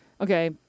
okay